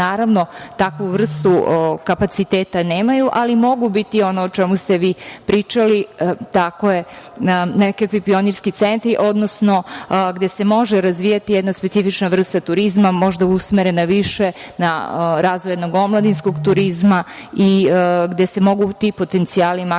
naravno, takvu vrstu kapaciteta nemaju, ali mogu biti ono o čemu ste vi pričali, nekakvi pionirski centri, odnosno gde se može razvijati jedna specifična vrsta turizma, možda usmere na više, na razvojnog omladinskog turizma i gde se mogu ti potencijali maksimalno